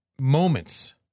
moments